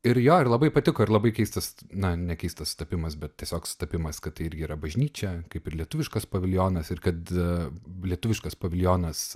ir jo ir labai patiko ir labai keistas na ne keistas sutapimas bet tiesiog sutapimas kad tai irgi yra bažnyčia kaip ir lietuviškas paviljonas ir kad lietuviškas paviljonas